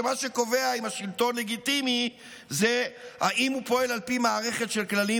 שמה שקובע אם השלטון לגיטימי זה האם הוא פועל על פי מערכת של כללים